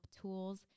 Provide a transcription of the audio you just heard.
tools